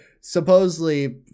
supposedly